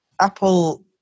Apple